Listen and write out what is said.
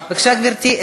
בבקשה, גברתי.